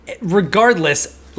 Regardless